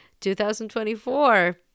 2024